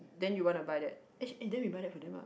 then you wanna buy that eh then we buy that for them lah